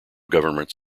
government